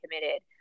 committed